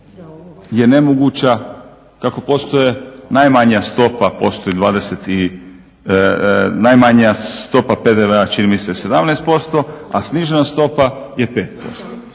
je nemoguća, kako postoje najmanja stopa, postoji najmanja stopa PDV-a čini mi se 17%, a snižena stopa je 5%.